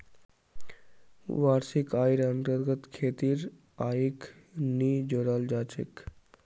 वार्षिक आइर अन्तर्गत खेतीर आइक नी जोडाल जा छेक